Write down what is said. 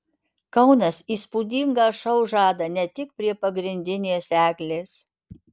kaunas įspūdingą šou žada ne tik prie pagrindinės eglės